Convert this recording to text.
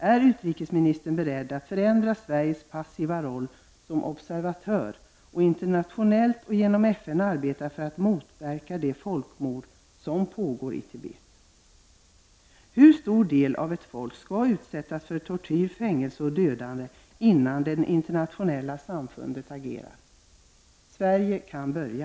Är utrikesministern beredd att förändra Sveriges passiva roll som observatör och internationellt och genom FN arbeta för att motverka det folkmord som pågår i Tibet? Hur stor del av ett folk skall utsättas för tortyr, fängelse och dödande innan det internationella samfundet agerar? Sverige kan börja.